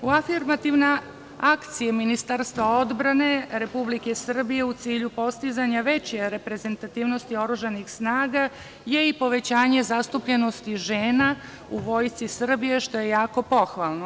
U afirmativnim akcijama Ministarstvo odbrane Republike Srbije u cilju postizanja veće reprezentativnosti oružanih snaga je i povećanje zastupljenosti žena u Vojsci Srbije što je jako pohvalno.